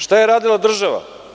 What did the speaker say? Šta je radila država?